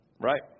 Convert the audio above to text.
Right